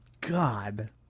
God